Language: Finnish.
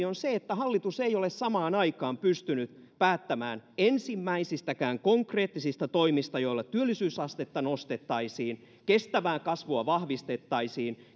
on se että hallitus ei ole samaan aikaan pystynyt päättämään ensimmäisistäkään konkreettisista toimista joilla työllisyysastetta nostettaisiin kestävää kasvua vahvistettaisiin